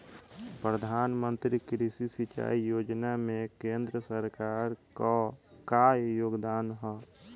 प्रधानमंत्री कृषि सिंचाई योजना में केंद्र सरकार क का योगदान ह?